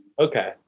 Okay